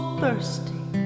thirsty